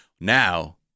Now